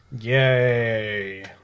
yay